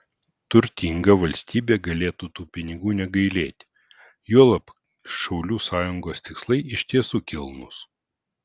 turtinga valstybė galėtų tų pinigų negailėti juolab šaulių sąjungos tikslai iš tiesų kilnūs